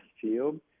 field